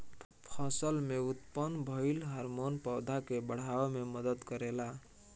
फसल में उत्पन्न भइल हार्मोन पौधा के बाढ़ावे में मदद करेला